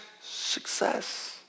success